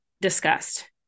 discussed